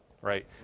right